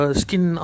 skin